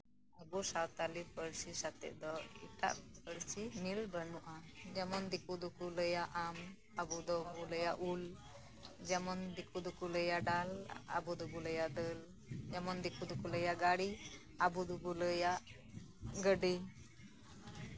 ᱟᱵᱚ ᱥᱟᱱᱛᱟᱞᱤ ᱯᱟᱹᱨᱥᱤ ᱥᱟᱶᱛᱮ ᱫᱚ ᱮᱴᱟᱜ ᱯᱟᱹᱨᱥᱤ ᱢᱤᱞ ᱵᱟᱹᱱᱩᱜᱼᱟ ᱡᱮᱢᱚᱱ ᱫᱤᱠᱩ ᱫᱚᱠᱚ ᱞᱟᱹᱭᱼᱟ ᱟᱢ ᱟᱵᱚ ᱫᱚᱵᱚ ᱞᱟᱹᱭᱼᱟ ᱩᱞ ᱡᱮᱢᱚᱱ ᱫᱤᱠᱩ ᱫᱚᱠᱚ ᱞᱟᱹᱭᱼᱟ ᱰᱟᱞ ᱟᱵᱚ ᱫᱚᱵᱚ ᱞᱟᱹᱭᱼᱟ ᱫᱟᱹᱞ ᱡᱮᱢᱚᱱ ᱫᱤᱠᱩ ᱫᱚᱠᱚ ᱞᱟᱹᱭᱼᱟ ᱜᱟᱲᱤ ᱟᱵᱚ ᱫᱚᱵᱚ ᱞᱟᱹᱭᱼᱟ ᱜᱟᱹᱰᱤ